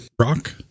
Rock